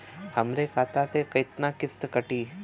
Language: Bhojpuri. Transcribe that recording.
हमरे खाता से कितना किस्त कटी?